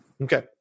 Okay